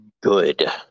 good